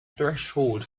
threshold